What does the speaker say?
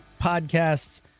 podcasts